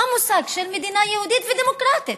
המושג של מדינה יהודית ודמוקרטית.